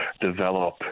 develop